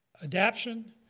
adaption